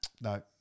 No